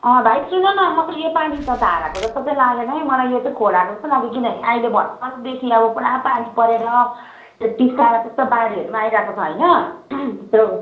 अँ भाइ सुन न म त यो पानी त धाराको जस्तो चाहिँ लागेन है मलाई यो त खोलाको जस्तो लाग्यो किनभने अहिले भर्खरदेखि अब पुरा पानी परेर त्यो टिस्टामा त्यस्तो बाढीहरू पनि आइरहेको छ होइन त्यो